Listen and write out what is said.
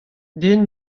den